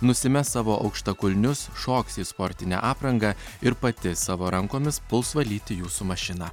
nusimes savo aukštakulnius šoks į sportinę aprangą ir pati savo rankomis puls valyti jūsų mašiną